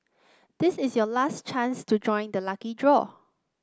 this is your last chance to join the lucky draw